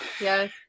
Yes